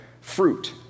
fruit